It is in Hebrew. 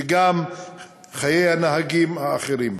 וגם את חיי הנהגים האחרים.